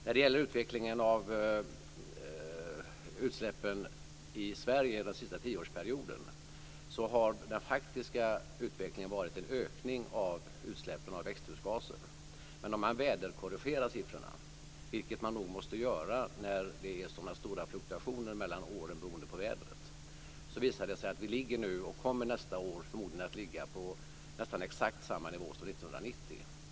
När det gäller utvecklingen av utsläppen i Sverige under den senaste tioårsperioden har den faktiska utvecklingen varit en ökning av utsläppen av växthusgaser. Men om man väderkorrigerar siffrorna, vilket man nog måste göra när det är sådana stora fluktuationer mellan åren beroende på vädret, visar det sig att vi ligger nu och kommer nästa år förmodligen att ligga på nästan exakt samma nivå som 1990.